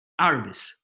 arvis